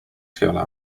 scale